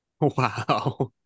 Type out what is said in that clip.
Wow